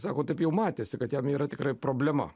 sako taip jau matėsi kad jam yra tikrai problema